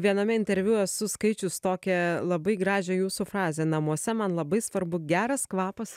viename interviu esu skaičius tokią labai gražią jūsų frazę namuose man labai svarbu geras kvapas